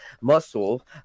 muscle